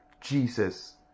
jesus